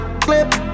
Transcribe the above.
clip